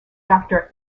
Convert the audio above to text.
doctor